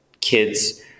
kids